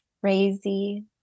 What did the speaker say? crazy